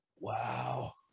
Wow